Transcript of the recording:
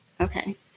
Okay